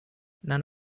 none